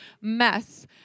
mess